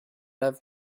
love